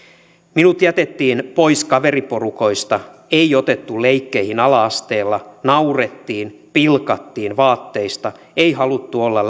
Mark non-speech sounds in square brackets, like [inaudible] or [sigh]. minut jätettiin pois kaveriporukoista ei otettu leikkeihin ala asteella naurettiin pilkattiin vaatteista ei haluttu olla [unintelligible]